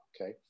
okay